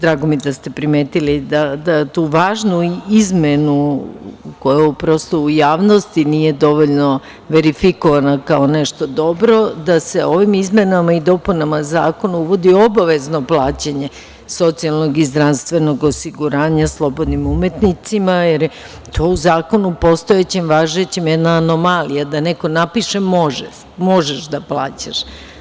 Drago mi je da ste primetili da tu važnu izmenu koja prosto u javnosti nije dovoljno verifikovana kao nešto dobro, da se ovim izmenama i dopunama zakona uvodi obavezno plaćanje socijalnog i zdravstvenog osiguranja slobodnim umetnicima, jer je to u zakonu postojećem, važećem jedna anomalija, da neko napiše – možeš da plaćaš.